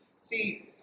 See